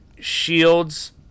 Shields